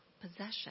possession